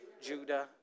Judah